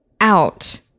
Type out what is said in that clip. out